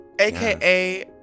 AKA